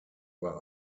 war